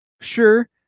sure